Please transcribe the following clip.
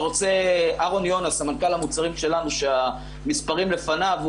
סמנכ"ל המוצרים שלנו שהמספרים לפניו,